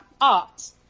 art